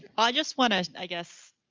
i just want to, i guess,